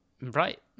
Right